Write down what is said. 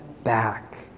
back